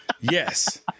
yes